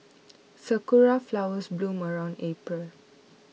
sakura flowers bloom around April